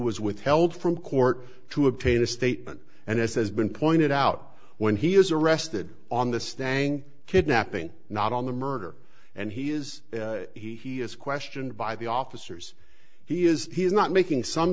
was withheld from court to obtain a statement and as has been pointed out when he is arrested on the stang kidnapping not on the murder and he is he is questioned by the officers he is he's not making some